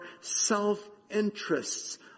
self-interests